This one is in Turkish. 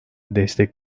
destek